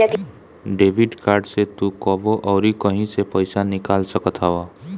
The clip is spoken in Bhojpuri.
डेबिट कार्ड से तू कबो अउरी कहीं से पईसा निकाल सकत हवअ